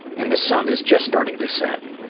and the sun is just starting to set.